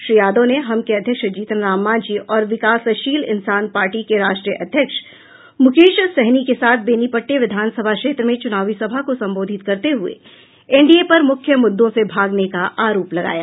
श्री यादव ने हम के अध्यक्ष जीतनराम मांझी और विकासशील इंसान पार्टी के राष्ट्रीय अध्यक्ष मुकेश सहनी के साथ बेनीपट्टी विधानसभा क्षेत्र में चुनावी सभा को संबोधित करते हुए एनडीए पर मुख्य मुद्दों से भागने का आरोप लगाया